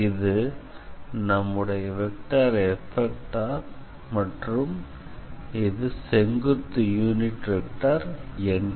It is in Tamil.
இது நம்முடைய வெக்டார் F மற்றும் இது செங்குத்து யூனிட் வெக்டார் n